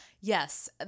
yes